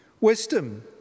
wisdom